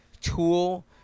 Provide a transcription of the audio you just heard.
tool